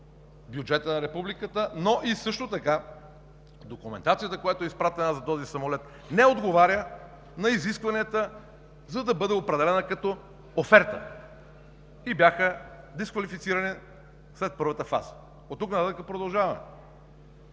бюджета на Републиката, но и също така документацията, която е изпратена за този самолет, не отговаря на изискванията, за да бъде определена като оферта и бяха дисквалифицирани след първата фаза. Оттук нататък продължаваме.